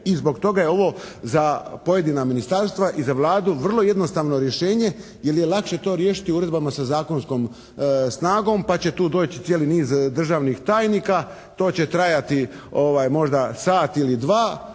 I zbog toga je ovo za pojedina ministarstva i za Vladu vrlo jednostavno rješenje, jer je lakše to riješiti uredbama sa zakonskom snagom, pa će tu doći cijeli niz državnih tajnika. To će trajati možda sat ili dva